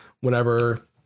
whenever